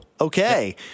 Okay